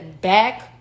back